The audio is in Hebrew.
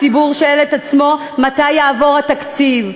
הציבור שואל את עצמו מתי יעבור התקציב.